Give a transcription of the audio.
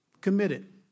committed